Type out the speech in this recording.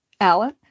Alan